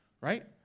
Right